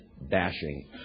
bashing